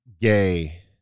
gay